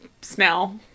smell